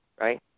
right